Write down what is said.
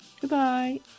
Goodbye